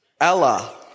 Ella